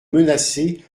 menacés